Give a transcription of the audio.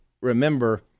remember